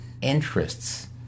interests